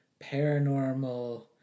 paranormal